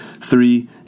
three